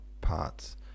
parts